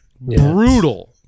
brutal